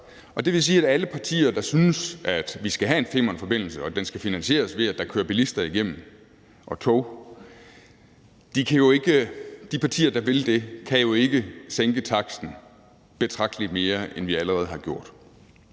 det vil sige, at alle de partier, der synes, at vi skal have en Femernforbindelse, og at den skal finansieres, ved at der kører biler og tog igennem, jo ikke kan sænke taksten betragtelig mere, end vi allerede har gjort.